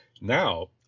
now